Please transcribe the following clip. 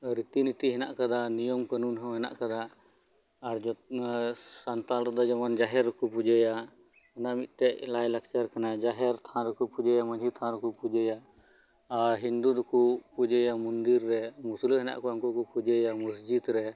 ᱨᱤᱛᱤᱱᱤᱛᱤ ᱦᱮᱱᱟᱜ ᱠᱟᱫᱟ ᱱᱤᱭᱚᱢ ᱠᱟᱱᱩᱱ ᱦᱚᱸ ᱦᱮᱱᱟᱜ ᱠᱟᱫᱟ ᱟᱨ ᱡᱚᱛᱚ ᱥᱟᱱᱛᱟᱞ ᱡᱮᱢᱚᱱ ᱡᱟᱦᱮᱨ ᱨᱮᱠᱚ ᱯᱩᱡᱟᱹᱭᱟ ᱚᱱᱟ ᱢᱤᱜᱴᱮᱡ ᱞᱟᱭ ᱞᱟᱠᱪᱟᱨ ᱠᱟᱱᱟ ᱡᱟᱦᱮᱨ ᱛᱷᱟᱱ ᱨᱮᱠᱚ ᱯᱩᱡᱟᱹᱭᱟ ᱢᱟᱡᱷᱤ ᱛᱷᱟᱱ ᱨᱮᱠᱚ ᱯᱩᱡᱟᱹᱭᱟ ᱟᱨ ᱦᱤᱱᱫᱩ ᱫᱚᱠᱚ ᱯᱩᱡᱟᱹᱭᱟ ᱢᱚᱱᱫᱤᱨ ᱨᱮ ᱢᱩᱥᱞᱟᱹ ᱦᱮᱱᱟᱜ ᱠᱚᱣᱟ ᱩᱝᱠᱩ ᱠᱚ ᱯᱩᱡᱟᱹᱭᱟ ᱢᱚᱥᱡᱤᱛ ᱨᱮ